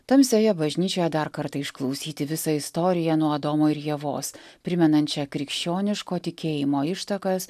tamsioje bažnyčioje dar kartą išklausyti visą istoriją nuo adomo ir ievos primenančią krikščioniško tikėjimo ištakas